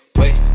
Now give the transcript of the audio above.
wait